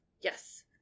yes